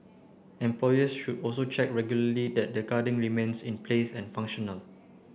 employers should also check regularly that the guarding remains in place and functional